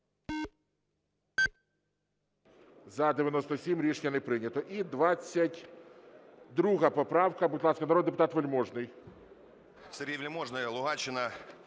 За-97 Рішення не прийнято. І 22 поправка. Будь ласка, народний депутат Вельможний.